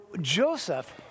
Joseph